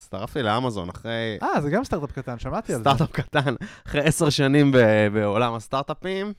הצטרפתי לאמזון אחרי... אה, זה גם סטארט-אפ קטן, שמעתי על זה. סטארט-אפ קטן, אחרי עשר שנים בעולם הסטארט-אפים.